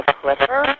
clipper